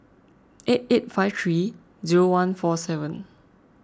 eight eight five three zero one four seven